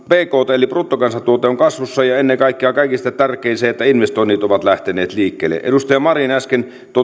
bkt eli bruttokansantuote on kasvussa ja ennen kaikkea kaikista tärkein on se että investoinnit ovat lähteneet liikkeelle edustaja marin äsken